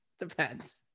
Depends